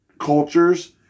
cultures